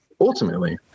Ultimately